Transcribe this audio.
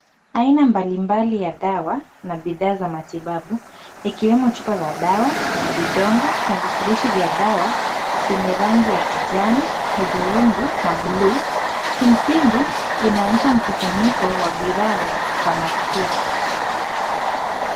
Aina mbalimbali ya dawa na bidhaa za matibabu ikiwemo chupa za dawa, vidonge na vifurushi vya dawa yenye rangi ya kijani, hudhurungi na buluu. Kimsingi, inaonyesha mkusanyiko wa bidhaa za kifamasia.